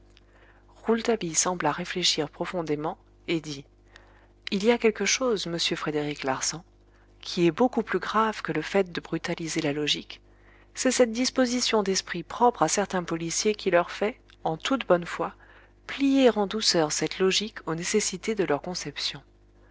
rouletabille sembla réfléchir profondément et dit il y a quelque chose monsieur frédéric larsan qui est beaucoup plus grave que le fait de brutaliser la logique c'est cette disposition d'esprit propre à certains policiers qui leur fait en toute bonne foi plier en douceur cette logique aux nécessités de leurs conceptions